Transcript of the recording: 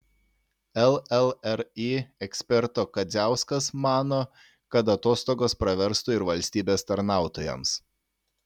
llri eksperto kadziauskas mano kad atostogos praverstų ir valstybės tarnautojams